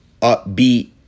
upbeat